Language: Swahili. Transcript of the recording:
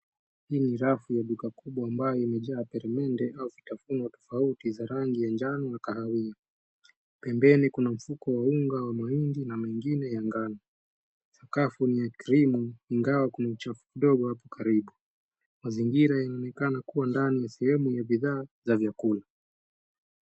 Hii ni rafu ya duka kubwa ambayo imejaa peremende au vitafuno tofauti za rangi ya njano kahawia. Pembeni kuna mfuko wa unga wa mahindi na mengine ya ngano. Sakafu ni ya krimu ingawa kuna uchafu kidogo hapo karibu. Mazingira inaonekana kuwa ndani ya sehemu ya bidhaa za vyakula.